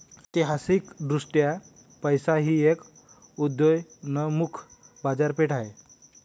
ऐतिहासिकदृष्ट्या पैसा ही एक उदयोन्मुख बाजारपेठ आहे